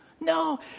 No